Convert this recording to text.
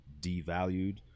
devalued